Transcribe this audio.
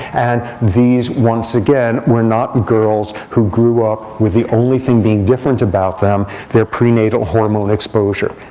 and these, once again, were not girls who grew up with the only thing being different about them their prenatal hormone exposure.